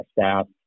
staff